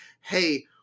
hey